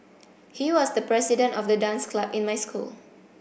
he was the president of the dance club in my school